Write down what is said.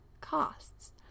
costs